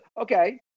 Okay